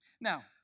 Now